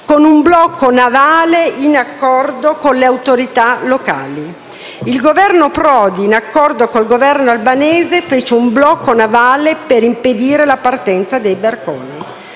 con un blocco navale in accordo con le autorità locali. Il Governo Prodi, in accordo col Governo albanese, fece un blocco navale per impedire la partenza dei barconi.